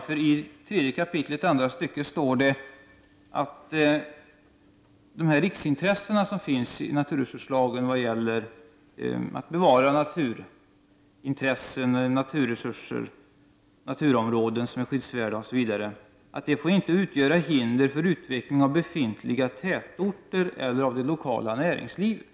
I 13 kap. 1 § andra stycket står att de riksintressen som finns i naturresurslagen vad gäller att bevara naturintressen, naturresurser, naturområden som är skyddsvärda osv., inte får utgöra hinder för utveckling av befintliga tätorter eller av det lokala näringslivet.